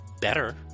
better